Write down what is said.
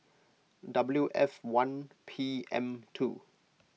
W F one P M two